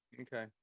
Okay